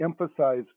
emphasize